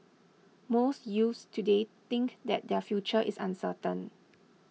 most youths today think that their future is uncertain